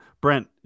Brent